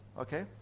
Okay